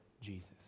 Jesus